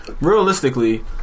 Realistically